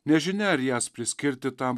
nežinia ar jas priskirti tam